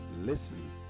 listen